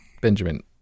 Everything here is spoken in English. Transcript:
Benjamin